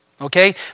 Okay